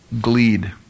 gleed